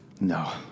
No